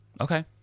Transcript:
Okay